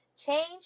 Change